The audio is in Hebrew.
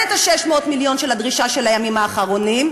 את ה-600 מיליון של הדרישה של הימים האחרונים,